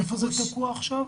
איפה זה תקוע עכשיו?